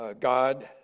God